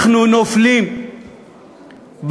אנחנו נופלים בקטנות.